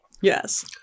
Yes